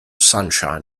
sunshine